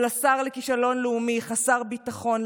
אבל השר לכישלון לאומי חסר ביטחון,